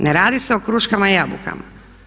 Ne radi se o kruškama i jabukama.